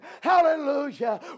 Hallelujah